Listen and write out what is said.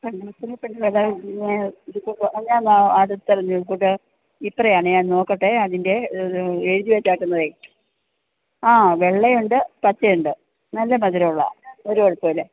പൈനാപ്പിളിനിത്രക്ക് വില പിന്നെ ഇതിപ്പോൾ ഞാൻ അടുത്തൽ നിപടെ എത്രയാണെ ഞാൻ നോക്കട്ടെ അതിന്റെ എഴുതി വെച്ചിരിക്കുന്നത് ആ വെള്ളയുണ്ട് പച്ചയുണ്ട് നല്ല മധുരമുളള ഒരു കുഴപ്പമില്ല